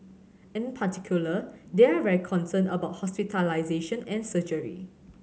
in particular they are very concerned about hospitalisation and surgery